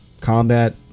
combat